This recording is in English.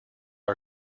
our